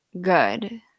good